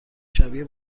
شبیه